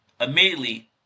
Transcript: immediately